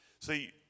See